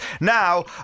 now